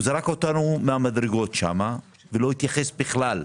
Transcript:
הוא זרק אותנו מהמדרגות שם ולא התייחס בכלל,